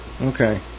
Okay